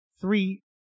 Three